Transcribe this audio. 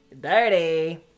dirty